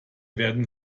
werden